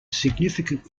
significant